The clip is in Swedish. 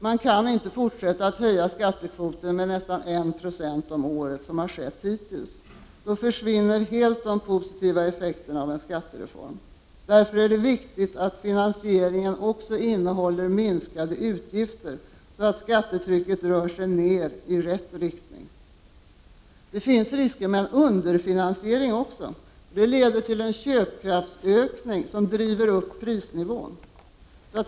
Man kan inte fortsätta att höja skattekvoten med nästan 1 Jo om året, som har skett hittills. Då försvinner helt de positiva effekterna av en skattereform. Därför är det viktigt att finansieringen också innehåller minskade utgifter, så att skattetrycket rör sig nedåt, i rätt riktning. Det finns risker med en underfinansiering också. Det leder till en köpkraftsökning som driver upp prisnivån.